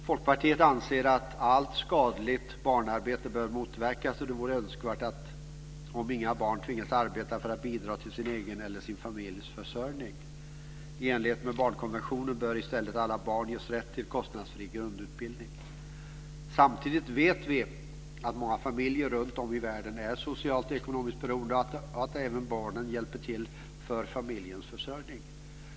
Folkpartiet anser att allt skadligt barnarbete bör motverkas. Det vore önskvärt att inga barn tvingades arbeta för att bidra till sin egen eller till sin familjs försörjning. I enlighet med barnkonventionen bör i stället alla barn ges rätt till kostnadsfri grundutbildning. Samtidigt vet vi att många familjer runtom i världen är socialt och ekonomiskt beroende av att även barnen hjälper till med familjens försörjning.